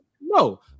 No